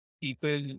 people